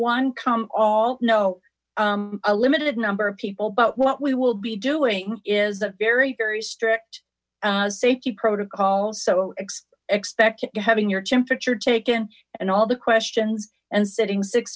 one come all know a limited number of people but what we will be doing is a very very strict safety protocols so expect having your temperature taken and all the questions and sitting six